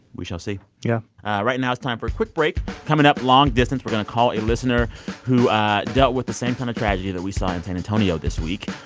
we shall see yeah right now it's time for a quick break. coming up, long distance. we're going to call a listener who dealt with the same kind of tragedy that we saw in san antonio this week.